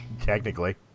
technically